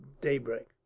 daybreak